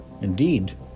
Indeed